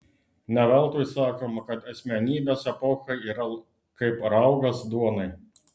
ne veltui sakoma kad asmenybės epochai yra kaip raugas duonai